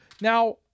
Now